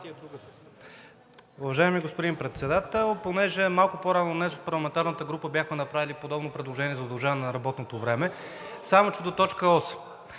Уважаеми господин Председател, тъй като малко по-рано днес от парламентарната група бяхме направили подобно предложение за удължаване на работното време, само че до т. 8.